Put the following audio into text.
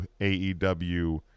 AEW